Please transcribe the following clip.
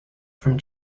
from